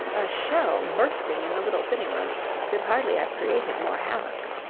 a shell bursting in the little sitting-room could hardly have created more havoc.